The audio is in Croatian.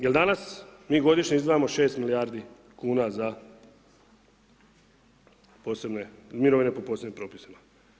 Jer danas mi godišnje izdvajamo 6 milijardi kuna za posebne, mirovine po posebnim propisima.